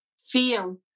feel